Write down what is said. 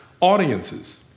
audiences